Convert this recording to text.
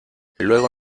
luego